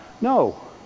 No